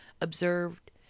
observed